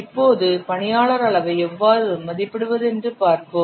இப்போது பணியாளர் அளவை எவ்வாறு மதிப்பிடுவது என்று பார்ப்போம்